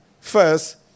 first